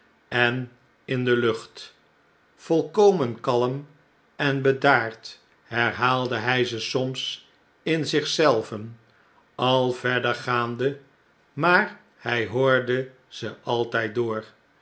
en in de lucht volkomen kalm en bedaard herhaalde hjj ze soms in zich zelven al verder gaande maar hjj hoorde ze altnd door de